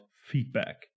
feedback